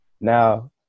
now